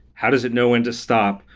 how does it know when to stop?